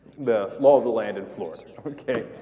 the law of the land in florida okay